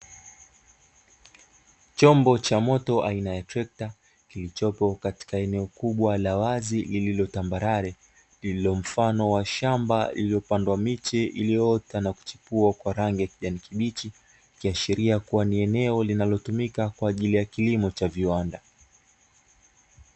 Chombo cha moto aina ya trekta, kilichopo katika eneo kubwa la wazi lililo tambare, lililo mfano wa shamba lililopandwa miti iliyoota na kuchipua kwa rangi ya kijani kibichi, ikiashiria kuwa ni eneo linalotumika kwa ajili ya kilimo cha viwanda.